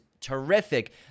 terrific